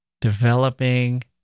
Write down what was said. developing